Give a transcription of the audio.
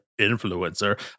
influencer